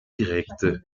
directe